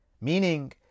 Meaning